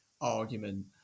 argument